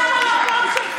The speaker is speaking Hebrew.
שם המקום שלך.